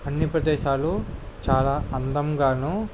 అన్ని ప్రదేశాలు చాలా అందంగానూ